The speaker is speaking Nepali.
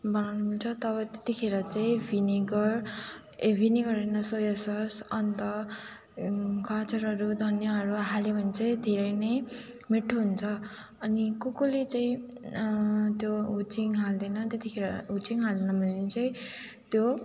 बनाउन मिल्छ तब त्यतिखेर चाहिँ भिनेगर ए भिनेगर होइन सोया सस अन्त गाजरहरू धनियाँहरू हाल्यो भने चाहिँ धेरै नै मिठो हुन्छ अनि को कोले चाहिँ त्यो हुचिङ हाल्दैन त्यतिखेर हुचिङ हालेन भने चाहिँ त्यो